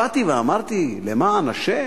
באתי ואמרתי: למען השם,